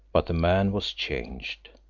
but the man was changed,